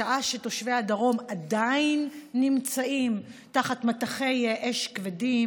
בשעה שתושבי הדרום עדיין נמצאים תחת מטחי אש כבדים,